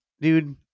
dude